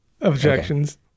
objections